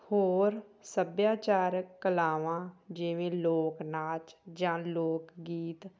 ਹੋਰ ਸੱਭਿਆਚਾਰਕ ਕਲਾਵਾਂ ਜਿਵੇਂ ਲੋਕ ਨਾਚ ਜਾਂ ਲੋਕ ਗੀਤ